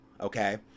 Okay